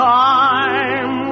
time